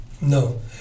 no